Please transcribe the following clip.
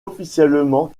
officiellement